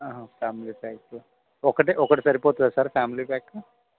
హ family pack ఒకటి ఒకటి సరిపోతుందా సార్ ఫ్యామిలీ ప్యాక్